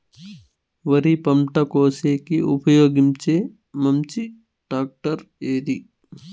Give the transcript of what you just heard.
వరి పంట కోసేకి ఉపయోగించే మంచి టాక్టర్ ఏది?